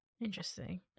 Interesting